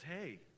hey